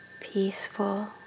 peaceful